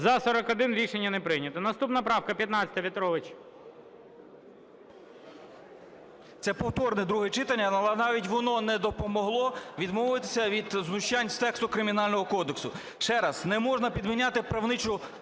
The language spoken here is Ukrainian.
За-41 Рішення не прийнято. Наступна правка 15, В'ятрович.